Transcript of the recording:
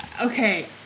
Okay